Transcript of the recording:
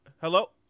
Hello